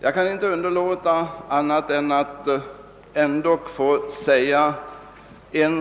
Jag kan i detta sammanhang inte underlåta att ta upp ett par